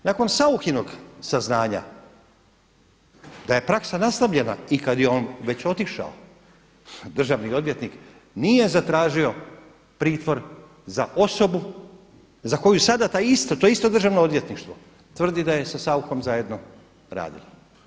Nakon SAuchinog saznanja da je praksa nastavljena i kada je on već otišao državni odvjetnik nije zatražio pritvor za osobu za koju to isto državno odvjetništvo tvrdi da je sa SAuchom zajedno radilo.